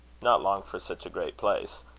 not long for such a great place.